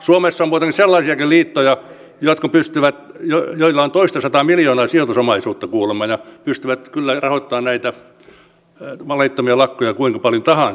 suomessa on muuten sellaisiakin liittoja joilla on sijoitusomaisuutta toistasataa miljoonaa kuulemma ja jotka pystyvät kyllä rahoittamaan näitä laittomia lakkoja kuinka paljon tahansa